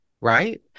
right